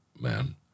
man